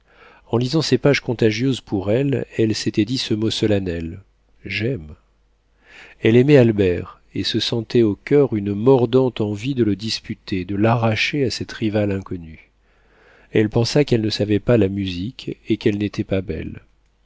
en lisant ces pages contagieuses pour elle elle s'était dit ce mot solennel j'aime elle aimait albert et se sentait au coeur une mordante envie de le disputer de l'arracher à cette rivale inconnue elle pensa qu'elle ne savait pas la musique et qu'elle n'était pas belle